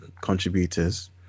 contributors